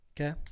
Okay